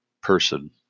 person